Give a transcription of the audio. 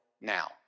now